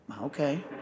Okay